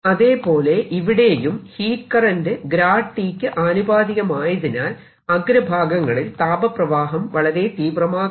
അതേപോലെ ഇവിടെയും heat current T യ്ക്ക് ആനുപാതികമായതിനാൽ അഗ്രഭാഗങ്ങളിൽ താപ പ്രവാഹം വളരെ തീവ്രമാകണം